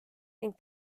ning